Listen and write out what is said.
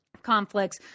conflicts